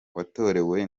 watorewe